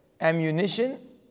ammunition